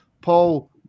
Paul